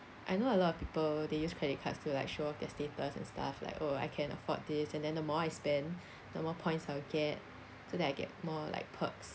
I know a lot of people they use credit cards to like show off their status and stuff like oh I can afford this and then the more I spend the more points I will get so that I get more like perks